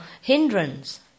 hindrance